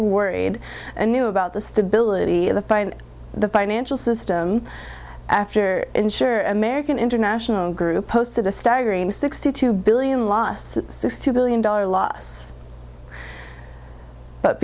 worried and new about the stability of the fight and the financial system after insurer american international group posted a staggering sixty two billion loss sixty billion dollars loss but